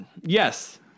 yes